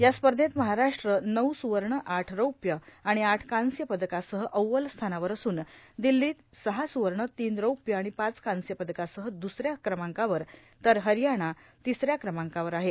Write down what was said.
या स्पर्धेत महाराष्ट्र नऊ सुवर्ण आठ रौप्य आणि आठ कांस्य पदकासह अव्वल स्थानावर असून दिल्ली सहा सुवर्ण तीन रौप्य आणि पाच कांस्य पदकासह दुसऱ्या क्रमांकावर तर हरियाणा तिसऱ्या क्रमांकावर आहे